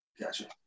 Gotcha